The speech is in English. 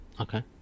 Okay